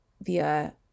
via